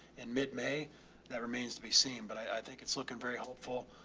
in mid may that remains to be seen. but i think it's looking very helpful.